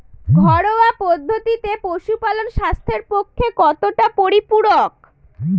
ঘরোয়া পদ্ধতিতে পশুপালন স্বাস্থ্যের পক্ষে কতটা পরিপূরক?